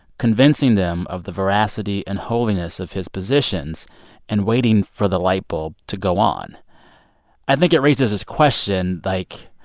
convincing them of the veracity and holiness of his positions and waiting for the light bulb to go on i think it raises this question, like,